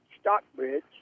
Stockbridge